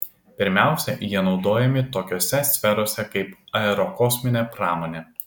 pirmiausia jie naudojami tokiose sferose kaip aerokosminė pramonė